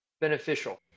beneficial